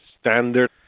standard